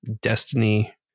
Destiny